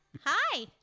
Hi